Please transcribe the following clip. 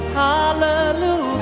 hallelujah